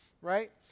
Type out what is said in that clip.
Right